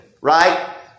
right